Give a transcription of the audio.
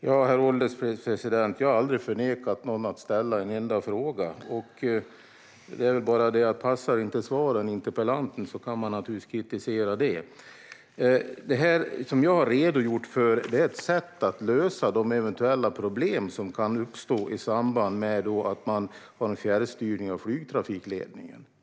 Herr ålderspresident! Jag har aldrig nekat någon att ställa en enda fråga. Om svaren inte passar interpellanten kan man naturligtvis kritisera det. Det som jag har redogjort för är ett sätt att lösa de eventuella problem som kan uppstå i samband med att man får en fjärrstyrning av flygtrafikledningen.